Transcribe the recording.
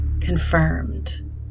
confirmed